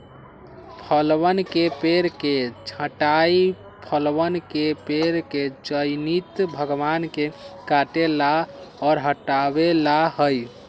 फलवन के पेड़ के छंटाई फलवन के पेड़ के चयनित भागवन के काटे ला और हटावे ला हई